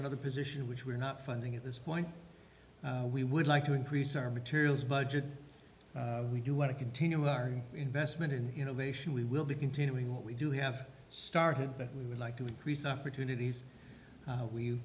another position which we are not funding at this point we would like to increase our materials budget we do want to continue our investment in you know they should we will be continuing what we do have started but we would like to increase opportunities